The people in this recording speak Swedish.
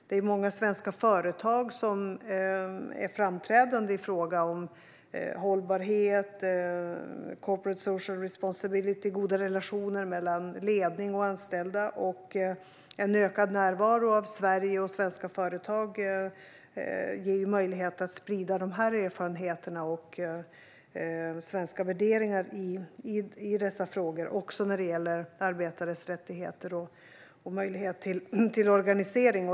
Det är många svenska företag som är framträdande i fråga om hållbarhet, corporate social responsibility och goda relationer mellan ledning och anställda. En ökad närvaro av Sverige och svenska företag ger ju möjlighet att sprida våra svenska värderingar i dessa frågor och också när det gäller arbetares rättigheter och möjlighet till organisering.